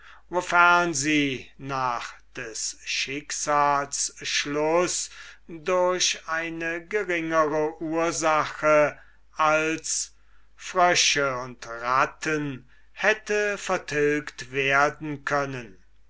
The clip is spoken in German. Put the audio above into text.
wofern sie nach des schicksals schluß durch eine geringere ursache als frösche und ratten hätte vertilgt werden können